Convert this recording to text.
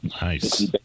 Nice